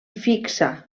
fixa